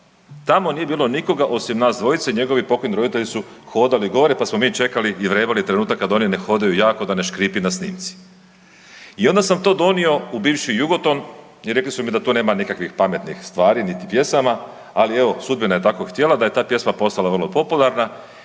Tamo nije bilo nikoga osim nas dvojice, njegovi pokojni roditelji su hodali gore pa smo mi čekali i vrebali trenutak kad oni ne hodaju jako da ne škripi na snimci. I onda sam to donio u bivši Jugoton i rekli su mi da to nema nekakvih pametnih stvari niti pjesama, ali evo, sudbina je tako htjela, da je ta pjesma postala vrlo popularna